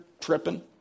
tripping